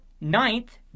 Ninth